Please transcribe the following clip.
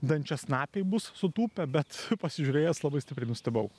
dančiasnapiai bus sutūpę bet pasižiūrėjęs labai stipriai nustebau